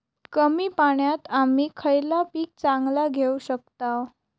कमी पाण्यात आम्ही खयला पीक चांगला घेव शकताव?